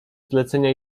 zlecenia